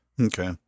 okay